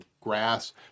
grass